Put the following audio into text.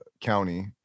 County